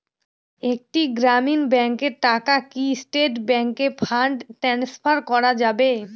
একটি গ্রামীণ ব্যাংকের টাকা কি স্টেট ব্যাংকে ফান্ড ট্রান্সফার করা যাবে?